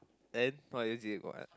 then what is it go on